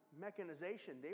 mechanization